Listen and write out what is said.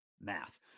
math